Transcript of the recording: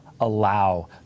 allow